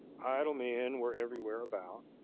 idle men were everywhere about.